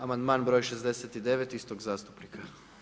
Amandman br. 69. istog zastupnika.